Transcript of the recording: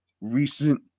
recent